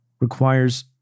requires